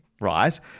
right